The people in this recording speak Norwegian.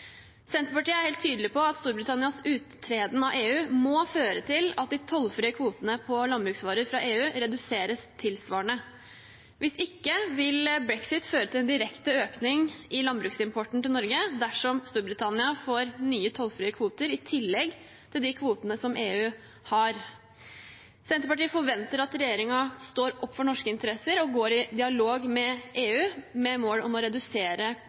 Senterpartiet er helt tydelig på at Storbritannias uttreden av EU må føre til at de tollfrie kvotene for landbruksvarer fra EU reduseres tilsvarende. Hvis ikke vil brexit føre til en direkte økning i landbruksimporten til Norge dersom Storbritannia får nye tollfrie kvoter – i tillegg til de kvotene som EU har. Senterpartiet forventer at regjeringen står opp for norske interesser og går i dialog med EU, med mål om å redusere